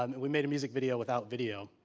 um we made music video without video.